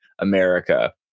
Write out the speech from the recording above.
America